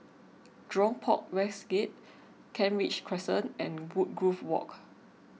Jurong Port West Gate Kent Ridge Crescent and Woodgrove Walk